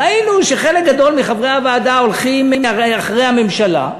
ראינו שחלק גדול מחברי הוועדה הולכים אחרי הממשלה,